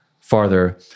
farther